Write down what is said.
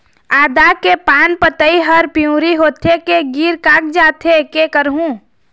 आदा के पान पतई हर पिवरी होथे के गिर कागजात हे, कै करहूं?